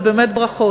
ובאמת ברכות.